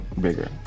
bigger